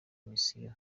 mission